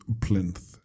plinth